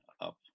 up